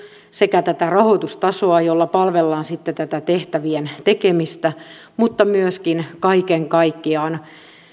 sekä tätä rahoitustasoa jolla palvellaan sitten tätä tehtävien tekemistä mutta myöskin kaiken kaikkiaan